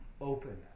open